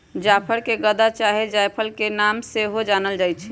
जाफर के गदा चाहे जायफल के नाम से सेहो जानल जाइ छइ